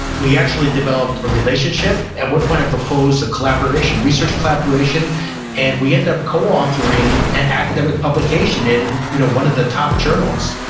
we actually developed a relationship. at one point i proposed a collaboration, research collaboration and we ended up co-authoring an academic publication in you know one of the top journals.